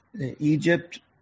Egypt